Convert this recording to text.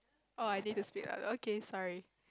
oh I need to speak louder okay sorry